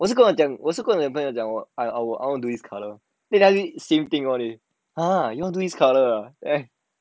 我是跟我讲我是跟我朋友讲我 I I'll want to do this colour then they say same thing one eh !huh! you want do this colour ah